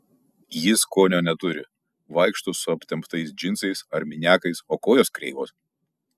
ji skonio neturi vaikšto su aptemptais džinsais ar miniakais o kojos kreivos